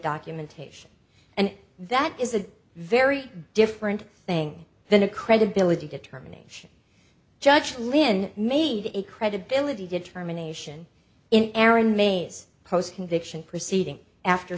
documentation and that is a very different thing than a credibility determination judge lynn made a credibility determination in aaron may's post conviction proceeding after